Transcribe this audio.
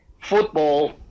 football